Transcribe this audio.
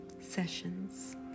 sessions